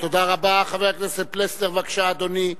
חבר הכנסת פלסנר, בבקשה, אדוני.